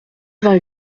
vingt